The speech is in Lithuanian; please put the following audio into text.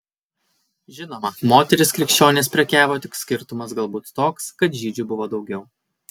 žinoma moterys krikščionės prekiavo tik skirtumas galbūt toks kad žydžių buvo daugiau